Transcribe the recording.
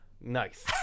Nice